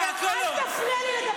אל תפריע לי לדבר.